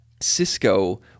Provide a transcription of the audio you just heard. cisco